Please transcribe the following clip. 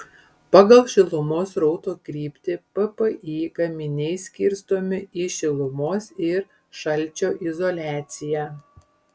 pagal šilumos srauto kryptį ppi gaminiai skirstomi į šilumos ir šalčio izoliaciją